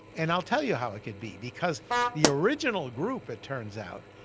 and i'll tell you how it could be because the original group, it turns out,